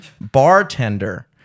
bartender